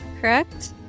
correct